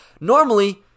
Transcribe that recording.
normally